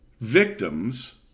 victims